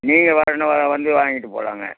நீங்கள் வரணும் வந்து வாங்கிட்டு போகலாங்க